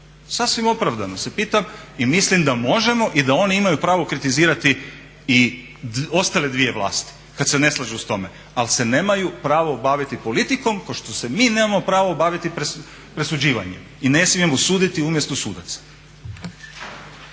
sasvim opravdano se pitam i mislim da možemo i da oni imaju pravo kritizirati i ostale dvije vlasti kada se ne slažu s njome ali se nemaju pravo baviti politikom kao što se mi nemamo pravo baviti presuđivanjem i ne smijemo suditi umjesto sudaca.